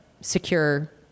secure